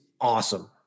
awesome